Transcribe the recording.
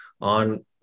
on